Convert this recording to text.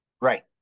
Right